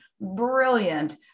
brilliant